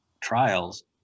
trials